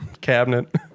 cabinet